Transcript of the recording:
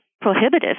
prohibitive